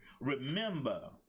Remember